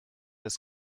des